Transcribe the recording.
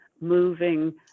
moving